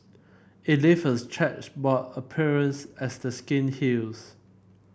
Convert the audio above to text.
it leaves a chequerboard appearance as the skin heals